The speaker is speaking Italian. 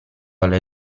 alle